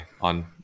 on